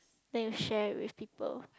then you share it with people